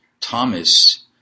Thomas